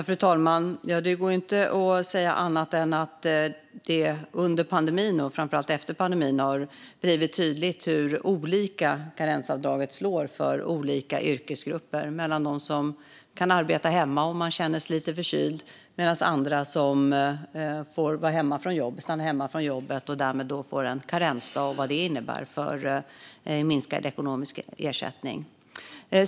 Fru talman! Det går inte att säga annat än att det under pandemin, och framför allt efter pandemin, har blivit tydligt hur olika karensavdraget slår för olika yrkesgrupper. Vissa kan arbeta hemma om man känner sig lite förkyld, medan andra får stanna hemma från jobbet och därmed får en karensdag med vad det innebär i minskad ekonomisk ersättning.